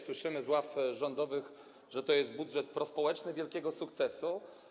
Słyszymy z ław rządowych, że jest to budżet prospołeczny, wielkiego sukcesu.